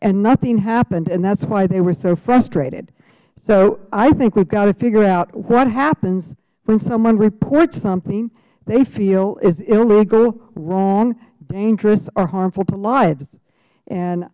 and nothing happened and that's why they were so frustrated so i think we've got to figure out what happens when someone reports something they feel is illegal wrong dangerous or harmful to life